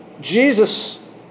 Jesus